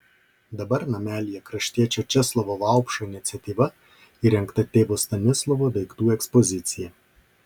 dabar namelyje kraštiečio česlovo vaupšo iniciatyva įrengta tėvo stanislovo daiktų ekspozicija